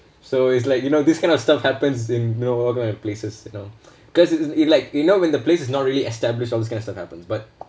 so it's like you know this kind of stuff happens and you know all kind of places you know because it's like you know when the place is not really established all this kind of stuff happens but